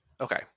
okay